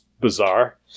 bizarre